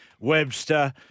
Webster